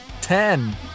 Ten